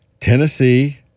Tennessee